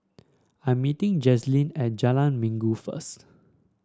I'm meeting Jazlene at Jalan Minggu first